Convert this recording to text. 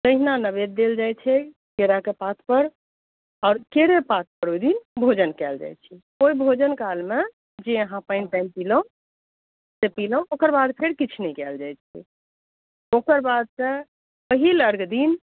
तहिना नेवैद्य देल जाइ छै केराके पातपर आओर केरे पातपर ओहि दिन भोजन कएल जाए छै ओहि भोजन कालमे जे अहाँ पानि तानि पिलहुँ ओकर बाद फेर किछु नहि कएल जाइ छै ओकर बादसँ पहिल अर्घ्य दिन